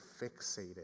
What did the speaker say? fixated